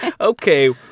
Okay